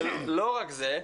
ולא רק זה,